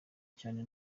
cyane